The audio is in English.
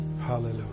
Hallelujah